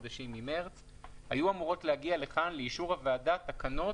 היו אמורות להגיע לאישור הוועדה תקנות